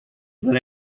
that